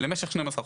למשל 12 חודשים.